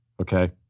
okay